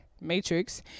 Matrix